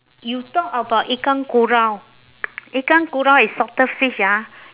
you talk about ikan kurau ikan kurau is salted fish ah